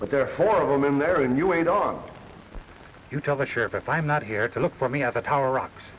but there are four of them in there and you wait on you tell the sheriff i'm not here to look for me at the tower rocks